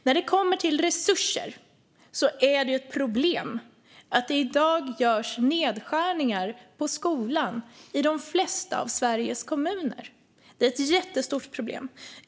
När det kommer till resurser är det ett problem att det i dag görs nedskärningar på skolan i de flesta av Sveriges kommuner. Det är ett jättestort problem.